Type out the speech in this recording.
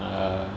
err